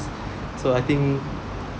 so I think